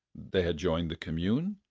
they had joined the commune,